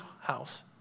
house